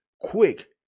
quick